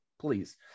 please